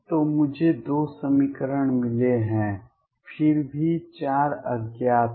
तो मुझे दो समीकरण मिले हैं फिर भी चार अज्ञात हैं